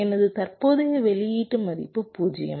எனது தற்போதைய வெளியீட்டு மதிப்பு 0